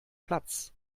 platz